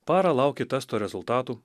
parą lauki testo rezultatų